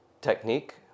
technique